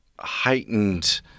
heightened